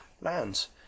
lands